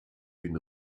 den